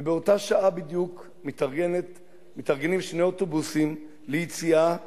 ובאותה שעה בדיוק מתארגנים שני אוטובוסים ליציאה לתל-אביב,